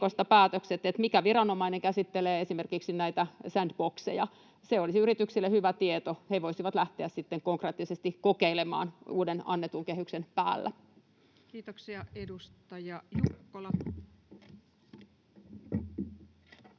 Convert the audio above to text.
että mikä viranomainen käsittelee esimerkiksi näitä sandboxeja? Se olisi yrityksille hyvä tieto. He voisivat lähteä sitten konkreettisesti kokeilemaan annetun uuden kehyksen päälle. [Speech 135]